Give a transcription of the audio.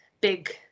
big